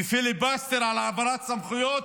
ופיליבסטר על העברת סמכויות.